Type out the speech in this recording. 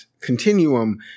continuum